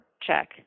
check